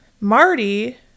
Marty